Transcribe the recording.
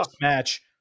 match